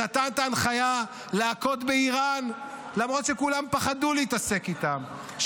שנתן את ההנחיה להכות באיראן למרות שכולם פחדו להתעסק איתם,